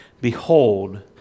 behold